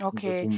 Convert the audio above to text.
Okay